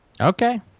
Okay